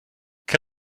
què